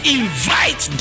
invite